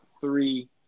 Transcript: three